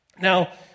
Now